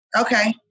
Okay